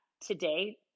today